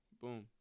Boom